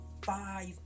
Five